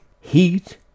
heat